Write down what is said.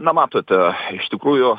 na matote iš tikrųjų